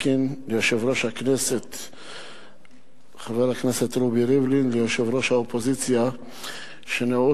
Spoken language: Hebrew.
כמובן, אם נרשמו עוד דוברים אז גם, ואם לא,